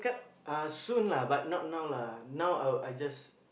uh soon lah but not now lah now I'll I just